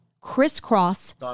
crisscross